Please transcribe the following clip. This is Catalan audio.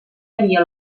havia